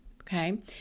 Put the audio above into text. Okay